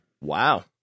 Wow